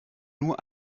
nur